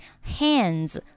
Hands